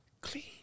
clean